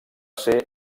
ser